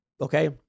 Okay